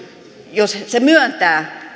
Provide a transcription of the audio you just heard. jos hallitus myöntää